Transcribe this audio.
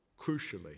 crucially